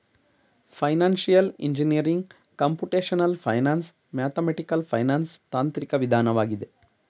financial engineering computational finance, mathematical finance ತಾಂತ್ರಿಕ ವಿಧಾನವಾಗಿದೆ